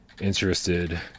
interested